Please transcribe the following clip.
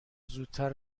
زودتر